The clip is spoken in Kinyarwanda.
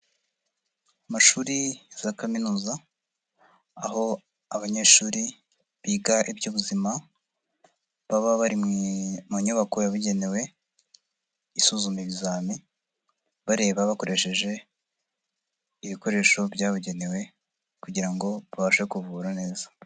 Amashuri za kaminuza aho abanyeshuri biga iby'ubuzima, baba bari mu nyubako yabugenewe isuzuma ibizame, bareba bakoresheje ibikoresho byabugenewe kugira ngo babashe kuvura neza.